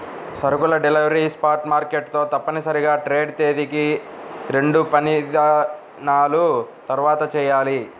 సరుకుల delivery spot market తో తప్పనిసరిగా ట్రేడ్ తేదీకి రెండుపనిదినాల తర్వాతచెయ్యాలి